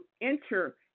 enter